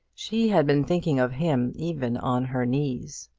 she had been thinking of him even on her knees.